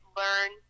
learn